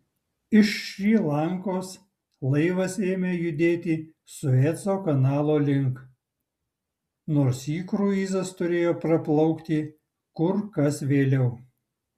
iš šri lankos laivas ėmė judėti sueco kanalo link nors jį kruizas turėjo praplaukti kur kas vėliau